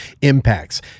impacts